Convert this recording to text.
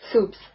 Soups